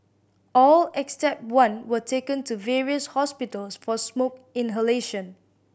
all except one were taken to various hospitals for smoke inhalation